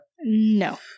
No